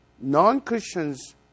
Non-Christian's